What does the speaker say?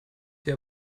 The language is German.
hier